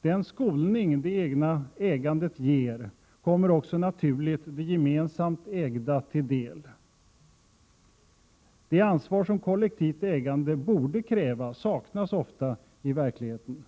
Den skolning det egna ägandet ger kommer också naturligt det gemensamt ägda till del. Det ansvar som kollektivt ägande borde kräva saknas ofta i verkligheten.